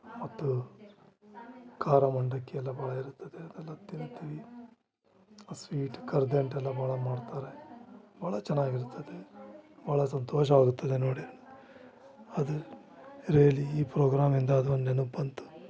ಮತ್ತು ಖಾರ ಮಂಡಕ್ಕಿ ಎಲ್ಲ ಭಾಳಯಿರ್ತದೆ ಅದೆಲ್ಲ ತಿನ್ತಿವಿ ಸ್ವೀಟ್ ಕರದಂಟೆಲ್ಲ ಭಾಳ ಮಾಡ್ತಾರೆ ಭಾಳ ಚೆನ್ನಾಗಿರ್ತದೆ ಭಾಳ ಸಂತೋಷವಾಗುತ್ತದೆ ನೋಡಿ ಅದು ರಿಯಲಿ ಈ ಪ್ರೋಗ್ರಾಮಿಂದ ಅದೊಂದು ನೆನಪು ಬಂತು